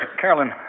Carolyn